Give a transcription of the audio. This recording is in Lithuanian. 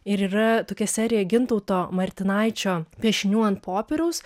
ir yra tokia serija gintauto martynaičio piešinių ant popieriaus